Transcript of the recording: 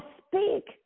speak